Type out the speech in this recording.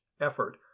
effort